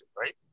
right